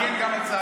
אני אגן על צה"ל.